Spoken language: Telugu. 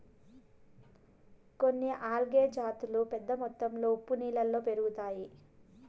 కొన్ని ఆల్గే జాతులు పెద్ద మొత్తంలో ఉప్పు నీళ్ళలో పెరుగుతాయి